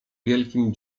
wielkim